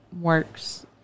works